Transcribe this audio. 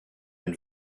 and